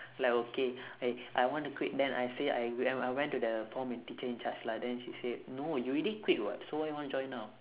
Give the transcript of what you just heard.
like okay I I want to quit then I say I when I went to the form teacher in charge lah then she say no you already quit [what] so why you want to join now